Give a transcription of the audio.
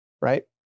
Right